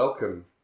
Welcome